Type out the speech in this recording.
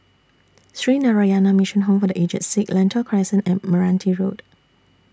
Sree Narayana Mission Home For The Aged Sick Lentor Crescent and Meranti Road